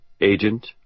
Agent